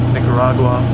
Nicaragua